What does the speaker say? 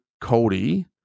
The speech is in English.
Cody